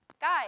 Guys